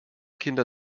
kinder